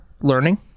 learning